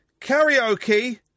karaoke